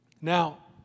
Now